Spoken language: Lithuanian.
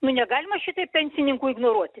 nu negalima šitaip pensininkų ignoruoti